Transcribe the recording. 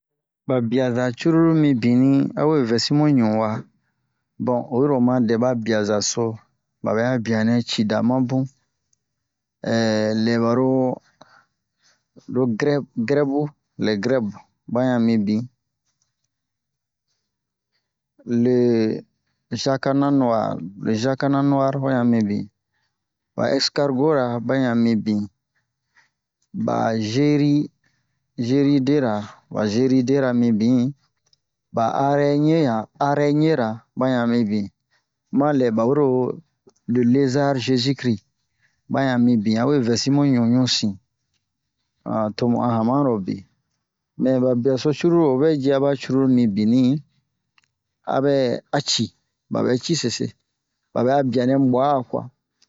ba biaza cruru mibini a we vɛsi mu ɲui wa bon oyi ro oma dɛ ba biazaso ba bɛ'a bianɛ ci da ma bun lɛ baro lo grɛ grɛbu lɛ grɛb ba yan mibin le zakana nu'ar le zakana nu'ar ho yan mibin ba ɛskargora ba yan mibin ba zeri zeridera ba zeridera mibin ba arɛɲe yan arɛɲera ba yan mibin ma lɛ bawe ro le lezar-zezikri ba yan mibin a we vɛsi mu ɲu ɲusin tomu a hamarobe mɛ ba biaso cruru o vɛ ji aba cruru mibini a bɛ a ci ba bɛ ci sese ba bɛ'a bianɛ buha'a kwa